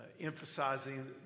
emphasizing